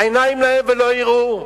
עיניים להם ולא יראו,